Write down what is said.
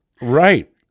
Right